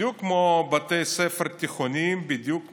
בדיוק כמו בבתי הספר התיכוניים, בדיוק כמו,